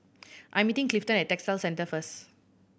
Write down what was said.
I am meeting Clifton at Textile Centre first